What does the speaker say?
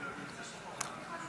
להלן תוצאות ההצבעה: